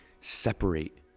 separate